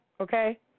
Okay